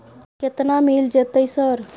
केतना मिल जेतै सर?